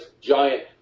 giant